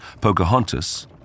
Pocahontas